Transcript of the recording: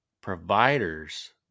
providers